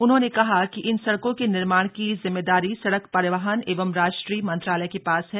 उन्होंने कहा कि इन सड़कों के निर्माण की जिम्मेदारी सड़क परिवहन एवं राष्ट्रीय मंत्रालय के पास है